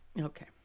okay